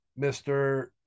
Mr